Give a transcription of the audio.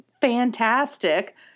fantastic